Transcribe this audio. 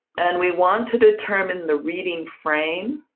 and we want to determine the reading frame.